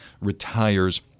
retires